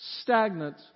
stagnant